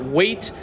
wait